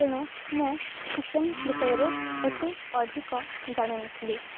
ତେଣୁ ମୁଁ ଚିକେନ ବିଷୟରେ ଏତେ ଅଧିକ ଜାଣିନଥିଲି